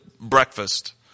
breakfast